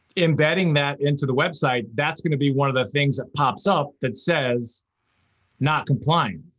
embedding that into the website, that's going to be one of the things that pops up that says not compliant.